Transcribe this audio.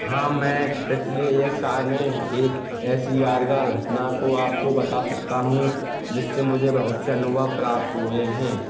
हाँ मैं पिछले एक साल में एक ऐसी यादगार घटना को आपको बता सकता हूँ जिससे मुझे बहुत से अनुभव प्राप्त हुए हैं